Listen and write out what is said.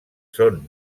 són